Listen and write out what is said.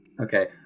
Okay